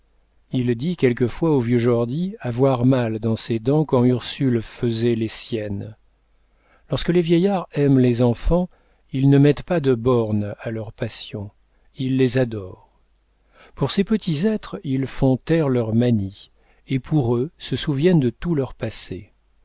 il dit quelquefois au vieux jordy avoir mal dans ses dents quand ursule faisait les siennes lorsque les vieillards aiment les enfants ils ne mettent pas de bornes à leur passion ils les adorent pour ces petits êtres ils font taire leurs manies et pour eux se souviennent de tout leur passé